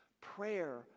Prayer